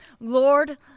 Lord